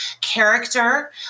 character